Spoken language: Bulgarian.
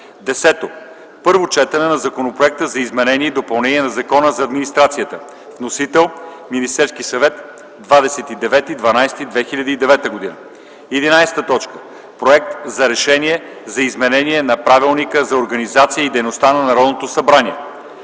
г. 10. Първо четене на Законопроекта за изменение и допълнение на Закона за администрацията. Вносител: Министерски съвет, 29.12.2009 г. 11. Проект за Решение за изменение на Правилника за организацията и дейността на Народното събрание.